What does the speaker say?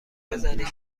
بزنید